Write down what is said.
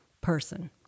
person